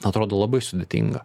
atrodo labai sudėtinga